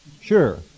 Sure